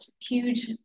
huge